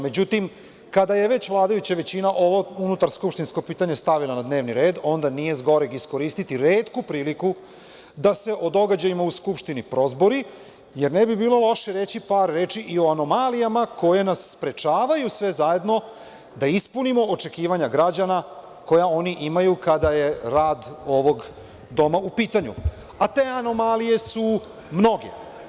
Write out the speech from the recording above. Međutim, kada je već vladajuća većina ovo unutarskupštinsko pitanje stavila na dnevni red, onda nije zgoreg iskoristiti retku priliku da se o događajima u Skupštini prozbori, jer ne bi bilo loše reći par reči i o anomalijama koje nas sprečavaju sve zajedno da ispunimo očekivanja građana koja oni imaju, kada je rad ovog doma u pitanju, a te anomalije su mnoge.